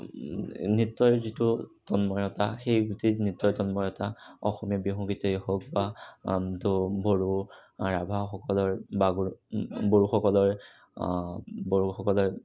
নৃত্যৰ যিটো তন্ময়তা সেই নৃত্যৰ তন্ময়তা অসমীয়া বিহুগীতেই হওঁক বা তো বড়ো ৰাভা সকলৰ বাগুৰুম বড়োসকলৰ বড়োসকলে